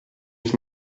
ich